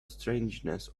strangeness